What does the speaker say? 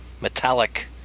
metallic